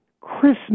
Christmas